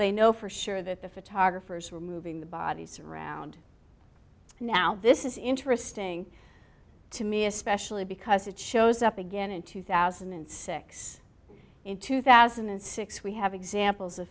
they know for sure that the photographers were moving the bodies around now this is interesting to me especially because it shows up again in two thousand and six in two thousand and six we have examples of